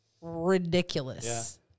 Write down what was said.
ridiculous